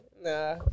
Nah